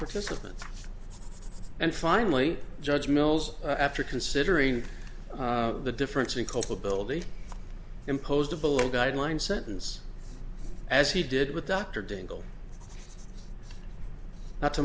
participant and finally judge mills after considering the difference in culpability imposed a below guideline sentence as he did with dr daigle not to